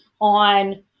on